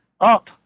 up